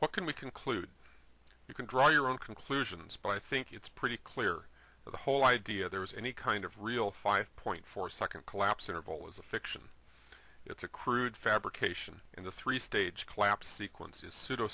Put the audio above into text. what can we conclude you can draw your own conclusions but i think it's pretty clear that the whole idea there was any kind of real five point four second collapse interval is a fiction it's a crude fabrication and the three stage collapse sequence is pseudo